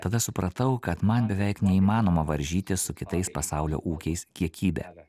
tada supratau kad man beveik neįmanoma varžytis su kitais pasaulio ūkiais kiekybe